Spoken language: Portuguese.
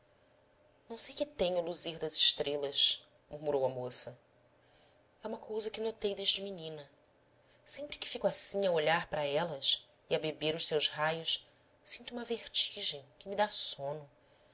não sei que tem o luzir das estrelas murmurou a moça é uma cousa que notei desde menina sempre que fico assim a olhar para elas e a beber os seus raios sinto uma vertigem que me dá sono